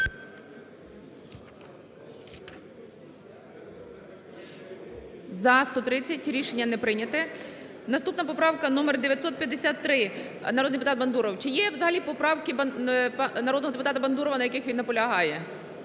За-130 Рішення не прийнято. Наступна поправка номер 953, народний депутат Бандуров. Чи є взагалі поправки народного депутата Бандурова, на яких він наполягає?